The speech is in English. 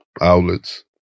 outlets